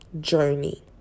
journey